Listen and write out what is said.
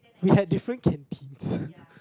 we had different canteens